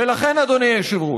ולכן, אדוני היושב-ראש,